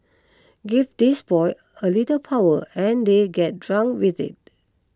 give these boys a little power and they get drunk with it